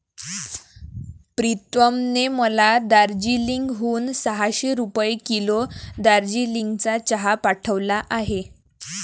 प्रीतमने मला दार्जिलिंग हून सहाशे रुपये किलो दार्जिलिंगचा चहा पाठवला आहे